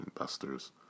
investors